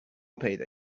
پیدا